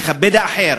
לכבד את האחר,